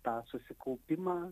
tą susikaupimą